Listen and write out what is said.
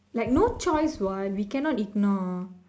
like no choice what we cannot ignore